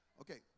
Okay